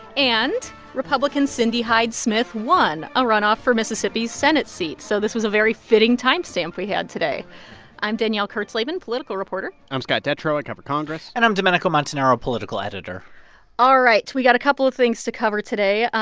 and republican cindy hyde-smith won a runoff for mississippi's senate seat. so this was a very fitting time stamp we had today i'm danielle kurtzleben, political reporter i'm scott detrow. i cover congress and i'm domenico montanaro, political editor all right. we've got a couple of things to cover today.